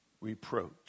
reproach